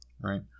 Right